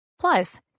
Plus